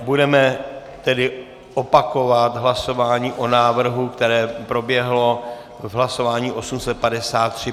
Budeme tedy opakovat hlasování o návrhu, které proběhlo v hlasování 853.